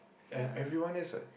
e~ everyone is what